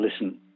listen